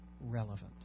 relevant